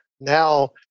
now